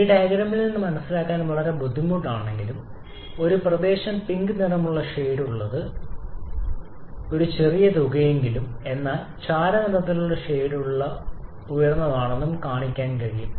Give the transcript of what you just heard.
ഈ ഡയഗ്രാമിൽ നിന്ന് മനസിലാക്കാൻ വളരെ ബുദ്ധിമുട്ടാണെങ്കിലും ആ പ്രദേശം പിങ്ക് നിറത്തിൽ ഷേഡുള്ളത് ഒരു ചെറിയ തുകയെങ്കിലും എന്നാൽ ചാരനിറത്തിലുള്ള ഷേഡുള്ള ഷേഡുകളേക്കാൾ ഉയർന്നതാണെന്നും കാണിക്കാൻ കഴിയും